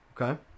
Okay